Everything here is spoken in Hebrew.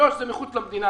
יו"ש זה מחוץ למדינה,